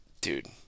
dude